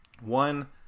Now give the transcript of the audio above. One